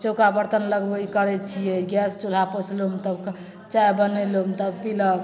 चौका बरतन लगबै करै छिए गैस चूल्हा पोछलहुँ तब खाना तब चाइ बनेलहुँ तब पिलहुँ